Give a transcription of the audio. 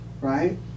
right